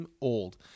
old